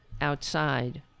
outside